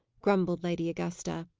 grumbled lady augusta.